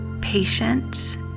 patient